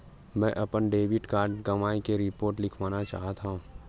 मेंहा अपन debit card गवाए के रिपोर्ट लिखना चाहत हव